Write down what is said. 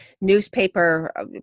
newspaper